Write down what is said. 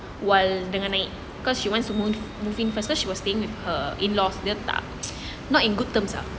while tengah naik cause she wants to move move in first cause she's staying her in-laws dia tak not in good terms ah